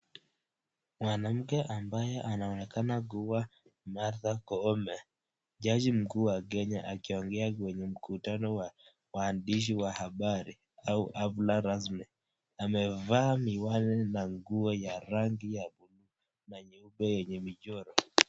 Mwanamke ambaye anaonekana kuwa Martha Koome jaji mkuu wa kenya akiongea kwenye mkutano wa waandishi wa habari, au afla rasmi, amevaa miwani na nguo ya rangi ya buluu na nyeupe yenye michoro.